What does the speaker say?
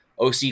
OC